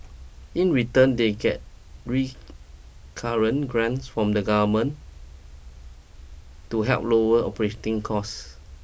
in return they get recurrent grants from the government to help lower operating costs